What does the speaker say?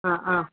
ആ ആ